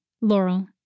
Laurel